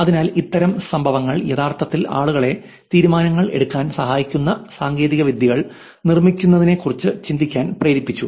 അതിനാൽ ഇത്തരം സംഭവങ്ങൾ യഥാർത്ഥത്തിൽ ആളുകളെ തീരുമാനങ്ങൾ എടുക്കാൻ സഹായിക്കുന്ന സാങ്കേതികവിദ്യകൾ നിർമ്മിക്കുന്നതിനെക്കുറിച്ച് ചിന്തിക്കാൻ പ്രേരിപ്പിച്ചു